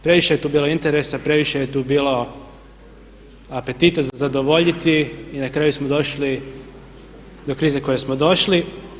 Previše je tu bilo interesa, previše je tu bilo apetita za zadovoljiti i na kraju smo došli do krize do koje smo došli.